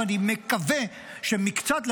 ואני מקווה שמקצת,